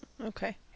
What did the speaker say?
Okay